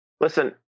listen